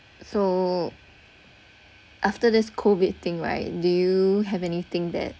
so after this COVID thing right do you have anything that